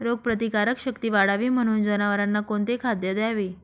रोगप्रतिकारक शक्ती वाढावी म्हणून जनावरांना कोणते खाद्य द्यावे?